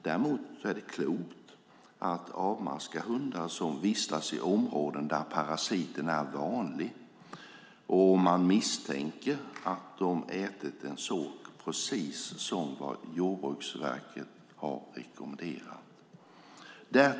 Däremot är det klokt att avmaska hundar som vistats i områden där parasiten är vanlig och om man misstänker att de har ätit en sork. Det är vad Jordbruksverket rekommenderar.